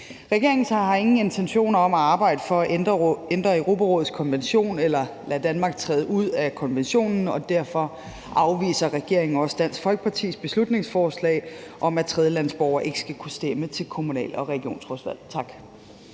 Regeringen har ingen intentioner om at arbejde for at ændre Europarådets konvention eller lade Danmark træde ud af konventionen, og derfor afviser regeringen også Dansk Folkepartis beslutningsforslag om, at tredjelandsborgere ikke skal kunne stemme til kommunal- og regionsrådsvalg. Tak.